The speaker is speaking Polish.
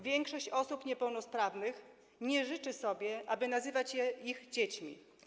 Większość osób niepełnosprawnych nie życzy sobie, aby nazywać je swoimi dziećmi.